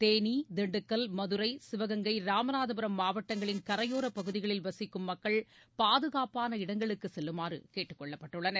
தேனி திண்டுக்கல் மதுரை சிவகங்கை ராமநாதபுரம் மாவட்டங்களின் கரையோரப் பகுதியில் வசிக்கும் மக்கள் பாதுகாப்பான இடங்களுக்கு செல்லுமாறு கேட்டுக்கொள்ளப்பட்டுள்ளனர்